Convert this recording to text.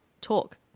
talk